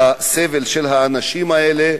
הסבל של האנשים האלה,